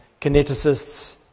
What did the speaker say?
kineticists